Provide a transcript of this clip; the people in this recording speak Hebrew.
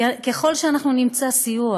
ככל שנמצא סיוע,